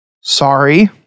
Sorry